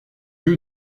que